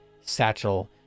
satchel